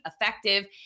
effective